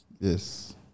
Yes